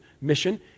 mission